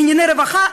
ענייני רווחה.